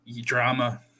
drama